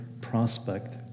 prospect